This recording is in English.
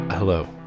Hello